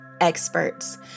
experts